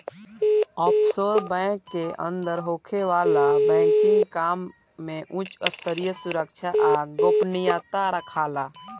offshore bank के अंदर होखे वाला बैंकिंग काम में उच स्तरीय सुरक्षा आ गोपनीयता राखाला